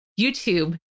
YouTube